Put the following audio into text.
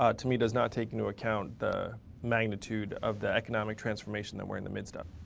ah to me, does not take into account the magnitude of the economic transformation that we're in the midst of.